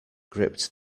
gripped